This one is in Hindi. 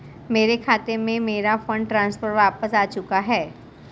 मेरे खाते में, मेरा फंड ट्रांसफर वापस आ चुका है